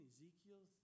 Ezekiel